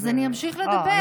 אז אני אמשיך לדבר.